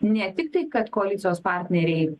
ne tik tai kad koalicijos partneriai